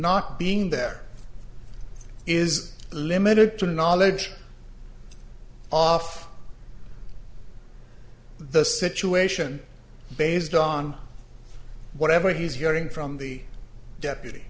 not being there is limited to knowledge off the situation based on whatever he's hearing from the deputy